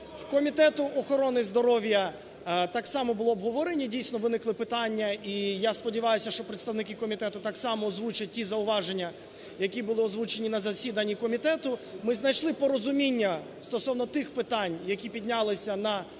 В Комітеті охорони здоров'я так само було обговорення, дійсно виникли питання. І я сподіваюся, що представники комітету так само озвучать ті зауваження, які були озвучені на засіданні комітету. Ми знайшли порозуміння стосовно тих питань, які піднялися на